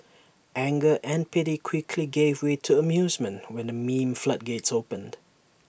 anger and pity quickly gave way to amusement when the meme floodgates opened